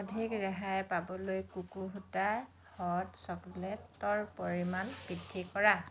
অধিক ৰেহাই পাবলৈ কোকো সূতা হট চকলেটৰ পৰিমাণ বৃদ্ধি কৰা